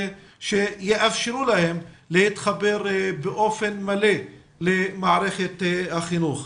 שיאפשרו להם להתחבר באופן מלא למערכת החינוך.